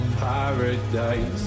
paradise